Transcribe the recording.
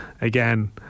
again